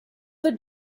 their